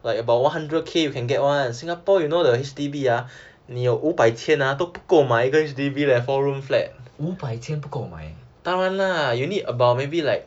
五百千不够买